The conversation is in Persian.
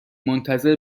منتظر